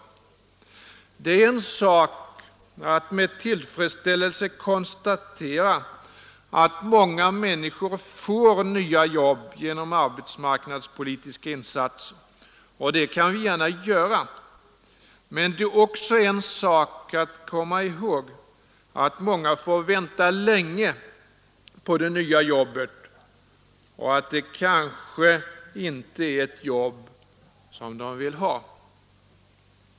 Det är en sak att med tillfredsställelse konstatera att många människor får nya jobb genom arbetsmarknadspolitisk insats, och det kan vi gärna göra. Men det är också en sak att komma ihåg att många får vänta länge på det nya jobbet och att det kanske inte är ett jobb som de vill ha.